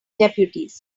deputies